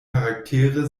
charaktere